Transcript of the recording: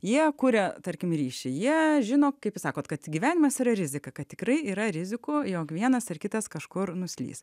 jie kuria tarkim ryšį jie žino kaip jūs sakot kad gyvenimas yra rizika kad tikrai yra rizikų jog vienas ar kitas kažkur nuslys